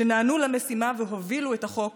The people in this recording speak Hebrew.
שנענו למשימה והובילו את החוק